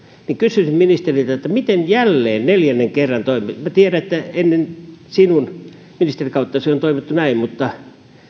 kysyisin ministeriltä miten jälleen neljännen kerran toimitaan tiedän että ennen sinun ministerikauttasi on toimittu näin mutta